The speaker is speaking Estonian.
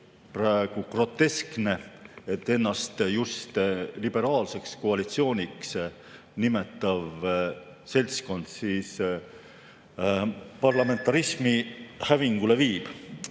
praegu groteskne, et ennast just liberaalseks koalitsiooniks nimetav seltskond parlamentarismi hävingule viib. Aga